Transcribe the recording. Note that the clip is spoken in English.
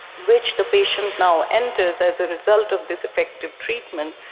which the patient now enters as a result of this effective treatment,